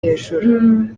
hejuru